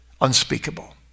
unspeakable